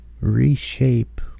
reshape